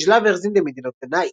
Lovers in the Middle of the Night".